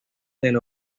del